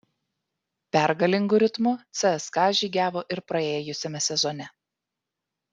pergalingu ritmu cska žygiavo ir praėjusiame sezone